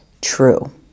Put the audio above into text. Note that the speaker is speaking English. true